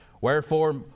Wherefore